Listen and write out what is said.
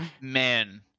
Man